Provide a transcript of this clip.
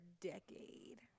decade